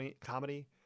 comedy